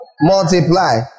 multiply